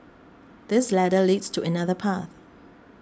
this ladder leads to another path